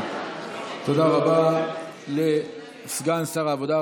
תודה רבה לסגן שר העבודה,